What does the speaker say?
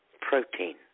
protein